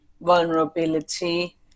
vulnerability